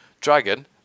Dragon